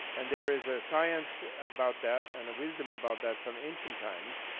and there is a science about that and a wisdom about that from ancient times,